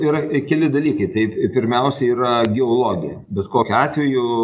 yra keli dalykai taip pirmiausia yra geologija bet kokiu atveju